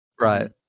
Right